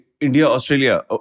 India-Australia